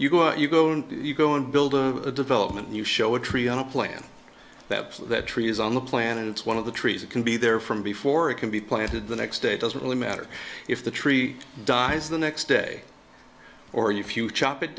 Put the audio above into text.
you go out you go and you go and build a development you show a tree on a plant that that tree is on the planet it's one of the trees it can be there from before it can be planted the next day it doesn't really matter if the tree dies the next day or you few chop it